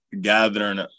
gathering